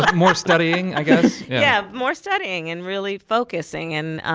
but more studying, i guess? yeah, more studying and really focusing. and,